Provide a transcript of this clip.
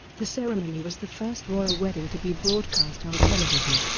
the ceremony was the first royal wedding to be broadcast on television,